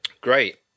great